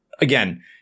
again